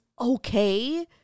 okay